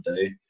day